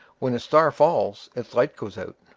when a star falls, its light goes out.